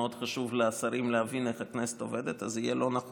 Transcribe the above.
זה מאוד חשוב לשרים להבין איך הכנסת עובדת.